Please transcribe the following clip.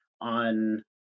on